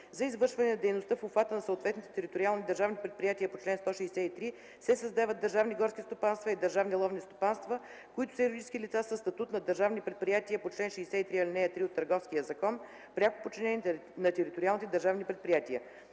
За извършване на дейността в обхвата на съответните териториални държавни предприятия по чл. 163 се създават държавни горски стопанства и държавни ловни стопанства, които са юридически лица със статут на държавни предприятия по чл. 63, ал. 3 от Търговския закон, пряко подчинени на териториалните държавни предприятия.”